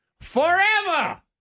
forever